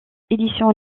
édition